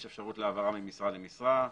יש אפשרות להעברה ממשרה למשרה,